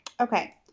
Okay